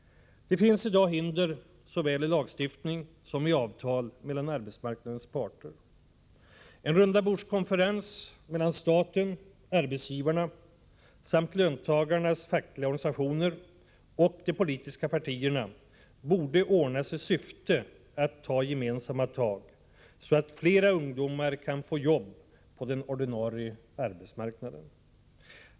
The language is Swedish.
Det finns i dag hinder såväl i lagstiftning som i avtal mellan arbetsmarknadens parter. En rundabordskonferens mellan staten, arbetsgivarna samt löntagarnas fackliga organisationer och de politiska partierna borde ordnas i syfte att ta gemensamma tag, så att flera ungdomar kan få jobb på den ordinarie arbetsmarknaden.